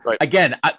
again